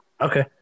Okay